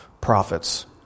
prophets